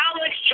Alex